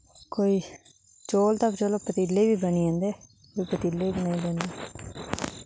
कोई चौल ते चलो पतीलै बी बनी जंदे में पतीले बनाई लैन्नी